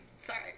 sorry